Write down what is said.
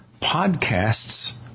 podcasts